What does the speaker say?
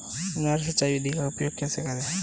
नहर सिंचाई विधि का उपयोग कैसे करें?